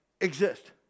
exist